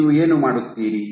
ನೀವು ಏನು ಮಾಡುತ್ತೀರಿ